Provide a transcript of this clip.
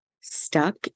stuck